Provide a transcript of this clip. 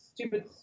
Stupid